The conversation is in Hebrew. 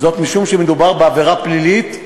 משום שמדובר בעבירה פלילית,